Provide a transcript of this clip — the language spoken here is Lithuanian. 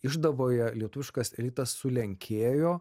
išdavoje lietuviškas elitas sulenkėjo